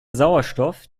sauerstoff